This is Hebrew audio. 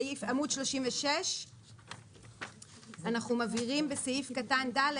עמוד 36. אנחנו מבהירים בסעיף קטן (ד)